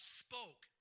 spoke